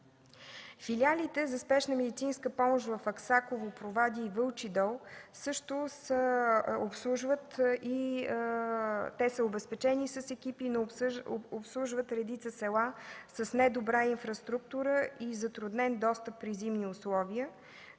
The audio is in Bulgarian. Филиалите за спешна медицинска помощ в Аксаково, Провадия и Вълчи дол също се обслужват и са обезпечени с екипи, обслужват редица села с недобра инфраструктура и затруднен достъп при зимни условия.